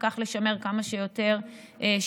וכך לשמר כמה שיותר שגרה.